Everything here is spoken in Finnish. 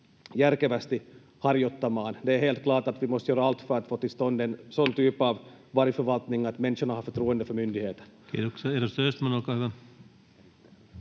Kiitoksia. — Edustaja Östman, olkaa hyvä.